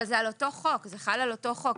אבל זה חל על אותו חוק.